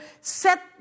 set